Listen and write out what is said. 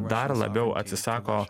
dar labiau atsisako